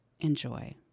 enjoy